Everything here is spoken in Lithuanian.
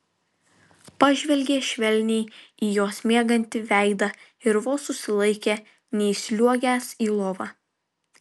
pažvelgė švelniai į jos miegantį veidą ir vos susilaikė neįsliuogęs į lovą